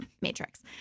matrix